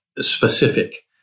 specific